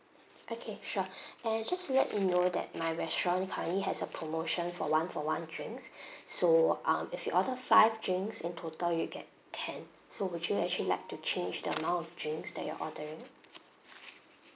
okay sure and just to let you know that my restaurant currently has a promotion for one-for-one drinks so um if you order five drinks in total you get ten so would you actually like to change the amount of drinks that you're ordering